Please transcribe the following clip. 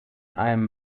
einem